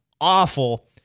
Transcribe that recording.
awful